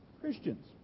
Christians